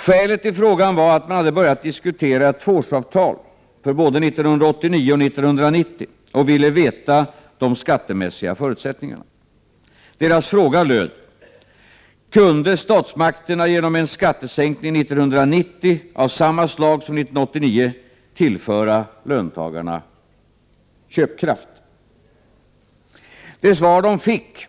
Skälet till frågan var att de hade börjat diskutera tvåårsavtal för både 1989 och 1990 och ville veta de skattemässiga förutsättningarna. Deras fråga löd: Kan statsmakterna genom en skattesänkning 1990 av samma slag som 1989 tillföra löntagarna köpkraft? Det svar de fick